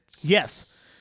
Yes